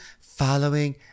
following